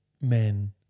men